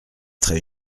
très